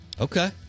Okay